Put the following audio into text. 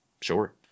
sure